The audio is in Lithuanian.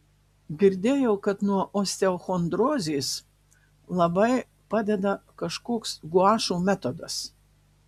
girdėjau kad nuo osteochondrozės labai padeda kažkoks guašo metodas